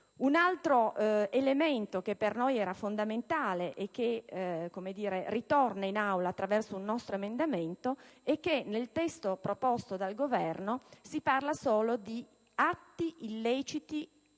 Un altro elemento che per noi era fondamentale - e che ritorna in Aula attraverso un nostro emendamento - è il fatto che nel testo proposto dal Governo si parla solo di atti illeciti